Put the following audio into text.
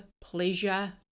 pleasure